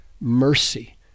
mercy